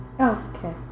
Okay